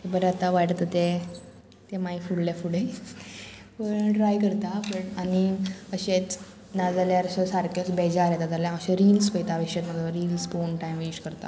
बरें आतां वायट जाता तें तें मागीर फुडलें फुडें पूण ट्राय करता पूण आनी अशेंच नाजाल्यार अशें सारकें अशें बेजार येता जाल्यार अशें रिल्स पयता विश रिल्स पोवन टायम वेस्ट करता